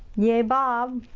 yay bob!